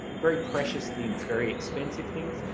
very precious things, very expensive things.